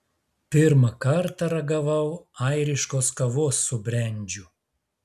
pirmą kartą ragavau airiškos kavos su brendžiu